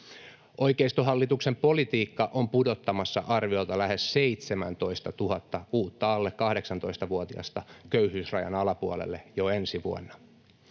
Oikeistohallituksen politiikka on pudottamassa arviolta lähes 17 000 uutta alle 18-vuotiasta köyhyysrajan alapuolelle jo ensi vuonna.